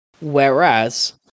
Whereas